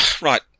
Right